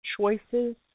choices